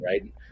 right